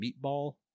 meatball